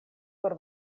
por